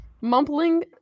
mumbling